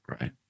Right